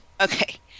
okay